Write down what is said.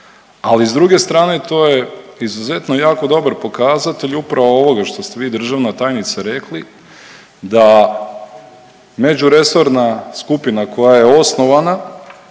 Ali s druge strane to je izuzetno jako dobar pokazatelj upravo ovoga što ste vi državna tajnice rekli da međuresorna skupina koja je osnovana